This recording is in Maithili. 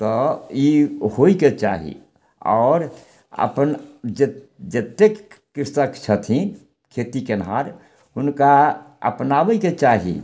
तऽ ई होइके चाही आओर अपन जते जतेक कृषक छथिन खेती केनहार हुनका अपनाबयके चाही